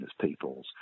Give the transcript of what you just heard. peoples